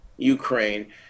Ukraine